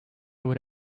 would